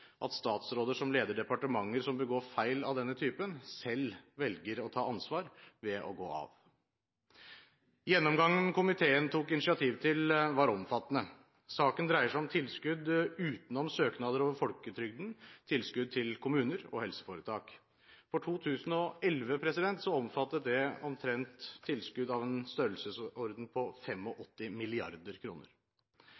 at statsråder som leder departementer som begår feil av denne typen, selv velger å ta ansvar ved å gå av. Gjennomgangen komiteen tok initiativ til, var omfattende. Saken dreier seg om tilskudd utenom søknader over folketrygden, tilskudd til kommuner og helseforetak. For 2011 omfattet det tilskudd av en størrelsesorden på